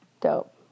Dope